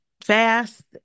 fast